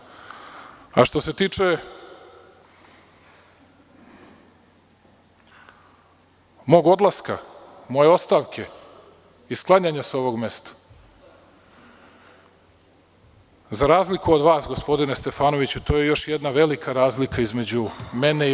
Što se tiče mog odlaska, moje ostavke i sklanjanja sa ovog mesta, za razliku od vas gospodine Stefanoviću, to je još jedna velika razlika između mene i vas.